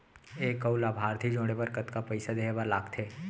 एक अऊ लाभार्थी जोड़े बर कतका पइसा देहे बर लागथे?